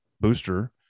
booster